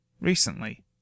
Recently